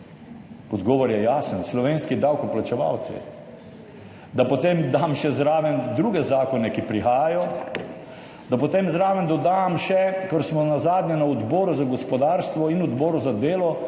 Odgovor je jasen. Slovenski davkoplačevalci. Da potem dam še zraven druge zakone, ki prihajajo, da potem zraven dodam še, kar smo nazadnje na Odboru za gospodarstvo in Odboru za delo